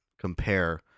compare